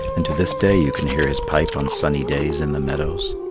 and to this day you can hear his pipe on sunny days in the meadows.